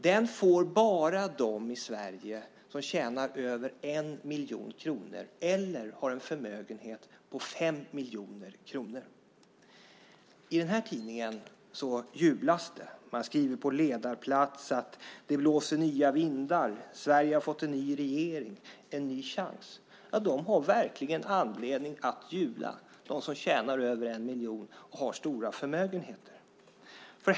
Den får bara de i Sverige som tjänar över 1 miljon kronor eller har en förmögenhet på 5 miljoner kronor. I den tidningen jublas det. Man skriver på ledarplats: Det blåser nya vindar. Sverige har fått en ny regering och en ny chans. De har verkligen anledning att jubla - de som tjänar över 1 miljon och har stora förmögenheter.